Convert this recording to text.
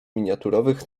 miniaturowych